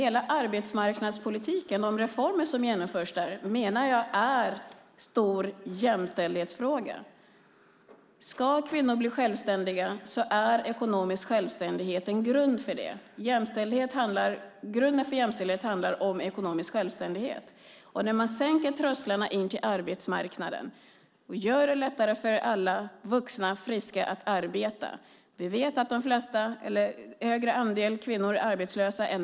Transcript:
Hela arbetsmarknadspolitiken och de reformer som genomförs där menar jag är en stor jämställdhetsfråga. Ska kvinnor bli självständiga är ekonomisk självständighet en grund för det. Grunden för jämställdhet handlar om ekonomisk självständighet. Man sänker trösklarna in till arbetsmarknaden och gör det lättare för alla vuxna och friska att arbeta. Vi vet att en högre andel kvinnor än män är arbetslösa.